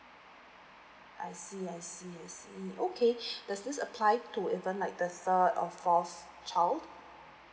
I see I see I see okay does apply to even like the third or fourth child